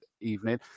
Evening